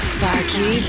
Sparky